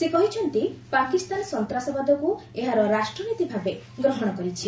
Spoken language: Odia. ସେ କହିଛନ୍ତି ପାକିସ୍ତାନ ସନ୍ତାସବାଦକୁ ଏହାର ରାଷ୍ଟ୍ରନୀତି ଭାବେ ଗ୍ରହଣ କରିଛି